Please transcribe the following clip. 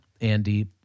Andy